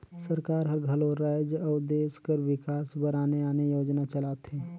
सरकार हर घलो राएज अउ देस कर बिकास बर आने आने योजना चलाथे